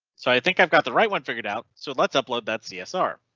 so i think i've got the right one figured out. so let's upload that csr.